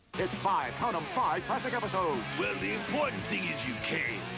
it's five kind of five classic episodes! well, the important thing is you came.